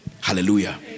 Hallelujah